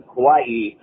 Hawaii